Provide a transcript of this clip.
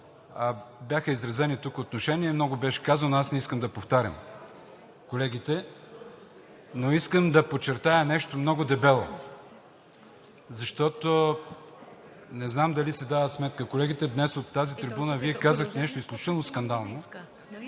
бяха изразени тук отношения, много беше казано, не искам да повтарям колегите. Но искам да подчертая нещо много дебело, защото не знам дали си дават сметка колегите, днес от тази трибуна Вие казахте нещо изключително скандално,